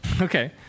Okay